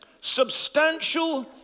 substantial